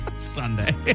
Sunday